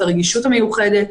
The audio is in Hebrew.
את הרגישות המיוחדת.